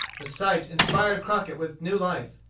the sight inspired crockett with new life.